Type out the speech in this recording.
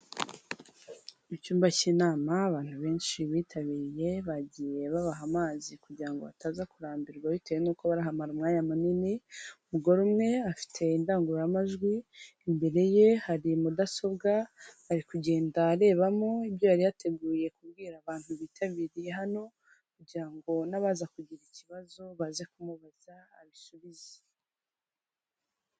Icyumba cy'inama abantu benshi bitabiriye, bagiye babaha amazi kugira ngo bataza kurambirwa bitewe n'uko barahamara umwanya munini, umugore umwe afite indangururamajwi, imbere ye hari mudasobwa, ari kugenda arebamo ibyo yari yateguye kubwira abantu bitabiriye hano, kugira ngo n'abaza kugira ikibazo baze kumubaza abisubize.